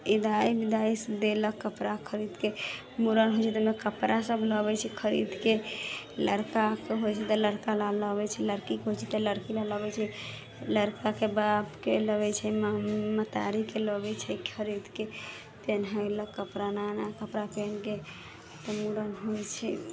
इदाइ विदाइ देलक कपड़ा खरीदके मूड़न होइ छै तऽ लोक कपड़ासब लबै छै खरीदकऽ लड़काके होइ छै तऽ लड़कालए लबै छै लड़कीके होइ छै तऽ लड़कीलए लबै छै लड़काके बापके लबै छै महतारीके लबै छै खरीदकऽ पिन्हैलक कपड़ा नया नया कपड़ा पिन्हके तऽ मूड़न होइ छै